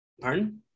Pardon